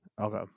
Okay